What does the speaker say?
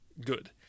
good